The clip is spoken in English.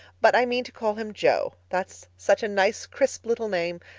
but i mean to call him jo. that's such a nice, crisp little name.